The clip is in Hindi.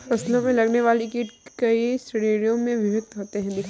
फसलों में लगने वाले कीट कई श्रेणियों में विभक्त होते हैं